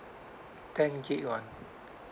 ten gig [one]